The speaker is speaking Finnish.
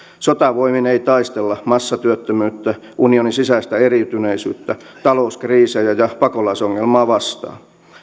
sotavoimin ei taistella massatyöttömyyttä unionin sisäistä eriytyneisyyttä talouskriisejä ja pakolaisongelmaa vastaan